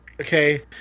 okay